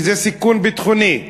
כי זה סיכון ביטחוני.